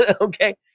okay